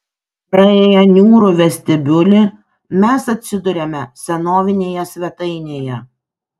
praėję niūrų vestibiulį mes atsiduriame senovinėje svetainėje